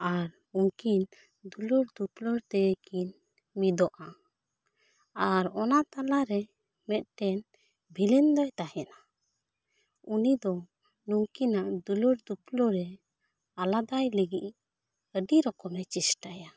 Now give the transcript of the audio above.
ᱟᱨ ᱩᱱᱠᱤᱱ ᱫᱩᱞᱟᱹᱲ ᱫᱩᱯᱩᱞᱟᱹᱲ ᱛᱮᱠᱤᱱ ᱢᱤᱫᱚᱜᱼᱟ ᱟᱨ ᱚᱱᱟ ᱛᱟᱞᱟ ᱨᱮ ᱢᱤᱫᱴᱮᱱ ᱵᱷᱤᱞᱮᱱ ᱫᱚᱭ ᱛᱟᱦᱮᱱᱟ ᱩᱱᱤ ᱫᱚ ᱱᱩᱝᱠᱤᱱᱟᱜ ᱫᱩᱞᱟᱹᱲ ᱫᱩᱯᱩᱞᱟᱹᱲ ᱮ ᱟᱞᱟᱫᱟᱭ ᱞᱟᱹᱜᱤᱫ ᱟᱹᱰᱤ ᱨᱚᱠᱚᱢ ᱮ ᱪᱮᱥᱴᱷᱟᱭᱟ